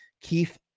Keith